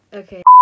okay